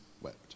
wept